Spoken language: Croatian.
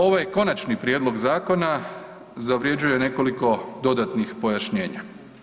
Ovaj konačni prijedlog zakona zavređuje nekoliko dodatnih pojašnjenja.